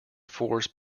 force